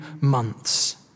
months